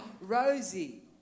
Rosie